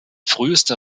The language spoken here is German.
früheste